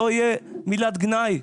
לא יהיה מילת גנאי.